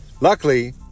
luckily